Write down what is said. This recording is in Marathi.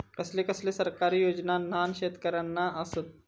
कसले कसले सरकारी योजना न्हान शेतकऱ्यांना आसत?